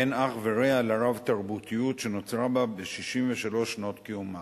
אין אח ורע לרב-תרבותיות שנוצרה בה ב-63 שנות קיומה.